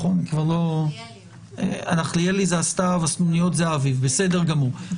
הנחליאלי זה הסתיו, הסנוניות זה האביב, בסדר גמור.